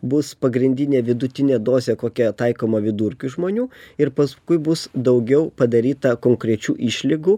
bus pagrindinė vidutinė dozė kokia taikoma vidurkiui žmonių ir paskui bus daugiau padaryta konkrečių išlygų